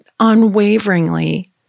unwaveringly